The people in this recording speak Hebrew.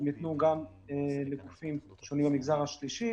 ניתנו גם לגופים שונים במגזר השלישי.